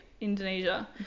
Indonesia